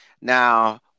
Now